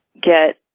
get